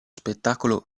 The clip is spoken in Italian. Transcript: spettacolo